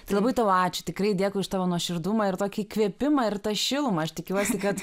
labai tau ačiū tikrai dėkui už tavo nuoširdumą ir tokį įkvėpimą ir tą šilumą aš tikiuosi kad